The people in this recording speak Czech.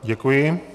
Děkuji.